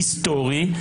היסטורי,